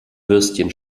würstchen